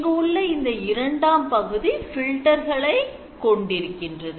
இங்கு உள்ள இந்த இரண்டாம் பகுதி filter களை கொண்டிருக்கின்றது